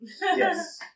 Yes